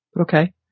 okay